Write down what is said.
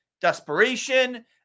desperation